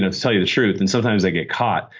to tell you the truth, and sometimes i get caught.